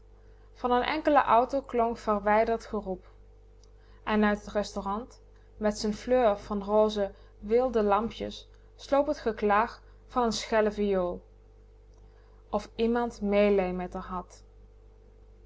van n enkelen auto klonk verwijderd geroep en uit t restaurant met z'n fleur van rose weelde lampjes sloop t geklaag van n schelle viool of iemand meelij met r had